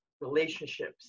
relationships